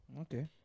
okay